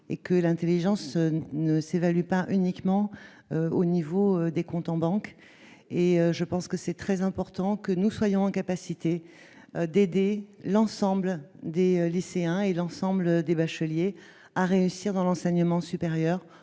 et que l'Intelligence ne s'évalue pas uniquement au niveau des comptes en banque et je pense que c'est très important que nous soyons en capacité d'aider l'ensemble des lycéens et l'ensemble des bacheliers à réussir dans l'enseignement supérieur,